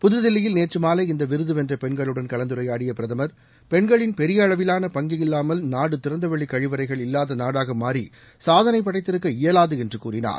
புதுதில்லியில் நேற்று மாலை இந்த விருது வென்ற பெண்களுடன் கலந்துரையாடிய பிரதமர் பெண்களின் பெரிய அளவிலான பங்கில்லாமல் நாடு திறந்தவெளி கழிவறைகள் இல்லாத நாடாக மாறி சாதனை படைத்திருக்க இயலாது என்று கூறினார்